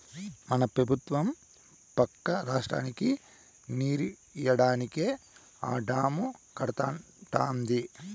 మన పెబుత్వం పక్క రాష్ట్రానికి నీరియ్యడానికే ఆ డాము కడతానంటాంది